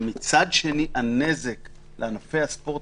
מצד שני, הנזק לענפי הספורט